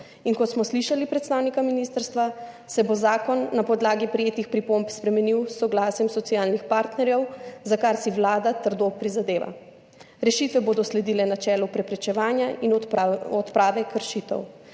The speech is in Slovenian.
Kot smo slišali predstavnika ministrstva, se bo zakon na podlagi prejetih pripomb spremenil s soglasjem socialnih partnerjev, za kar si vlada trdo prizadeva. Rešitve bodo sledile načelu preprečevanja in odprave kršitev,